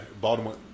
Baltimore